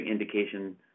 indication